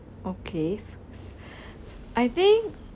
okay I think